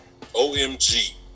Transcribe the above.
OMG